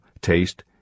taste